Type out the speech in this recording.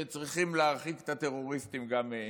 שצריכים להרחיק את הטרוריסטים גם מהם.